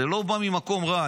זה לא בא ממקום רע.